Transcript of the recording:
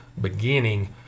beginning